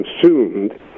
consumed